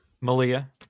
Malia